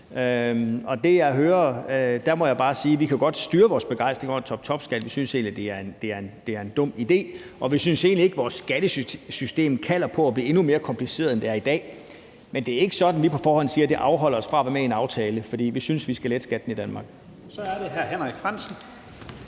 med det, jeg hører, må jeg bare sige, at vi godt kan styre vores begejstring over en toptopskat. Vi synes egentlig, det er en dum idé, og vi synes egentlig ikke, at vores skattesystem kalder på at blive endnu mere kompliceret, end det er i dag. Men det er ikke sådan, at vi på forhånd siger, at det afholder os fra at være med i en aftale, for vi synes, at vi skal lette skatten i Danmark. Kl. 16:00 Første næstformand